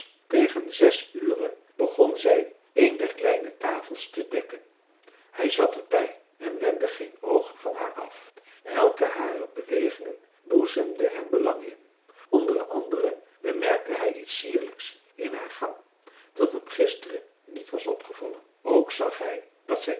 tegen zes ure begon zij een der kleine tafels te dekken hij zat er bij en wendde geen oog van haar af elke harer bewegingen boezemde hem belang in onder anderen bemerkte hij iets sierlijks in haar gang dat hem gisteren niet was opgevallen ook zag hij dat zij